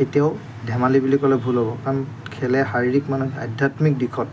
কেতিয়াও ধেমালি বুলি ক'লে ভুল হ'ব কাৰণ খেলে শাৰীৰিক মানসিক আধ্যাত্মিক দিশত